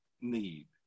need